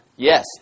Yes